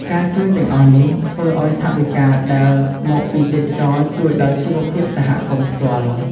ការជួយទាំងអស់នេះ ធ្វើឱ្យថវិកាដែលមកពីទេសចរណ៍ជួយដល់ជីវភាពសហគមន៍ផ្ទាល់។